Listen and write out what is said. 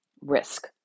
risk